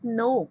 no